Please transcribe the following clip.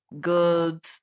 good